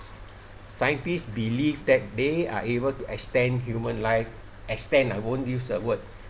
scientista believe that they are able to extend human life extend I won't use the word